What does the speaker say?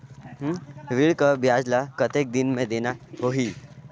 ऋण कर ब्याज ला कतेक दिन मे देना होही?